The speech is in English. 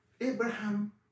Abraham